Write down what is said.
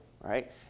right